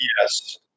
Yes